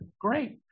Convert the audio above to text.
Great